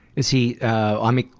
is he i mean,